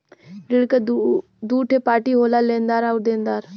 ऋण क दूठे पार्टी होला लेनदार आउर देनदार